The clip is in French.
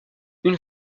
une